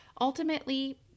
ultimately